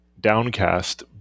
downcast